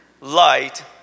light